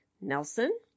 Nelson